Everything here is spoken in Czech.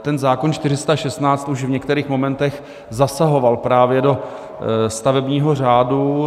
Ten zákon 416 už v některých momentech zasahoval právě do stavebního řádu.